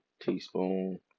teaspoon